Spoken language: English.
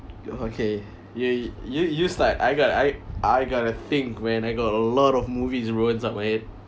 ya okay you you you start I got I I gotta think man I got a lot of movies bro inside my head